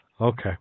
Okay